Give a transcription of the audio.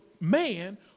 man